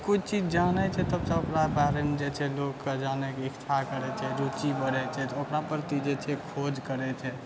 कुछ चीज जानै छै तब सब ओकरा बारेमे जे छै लोकके जानैके इच्छा करै छै रूचि बढ़ै छै तऽ ओकरा प्रति जे छै खोज करै छै